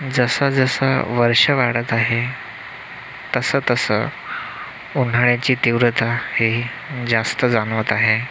जसं जसं वर्ष वाढत आहे तसं तसं उन्हाळ्याची तीव्रता ही जास्त जाणवत आहे